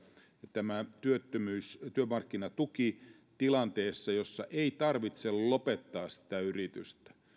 tämä työmarkkinatuki tilanteessa jossa ei tarvitse lopettaa sitä yritystä